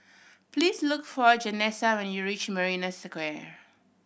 please look for Janessa when you reach Marina Square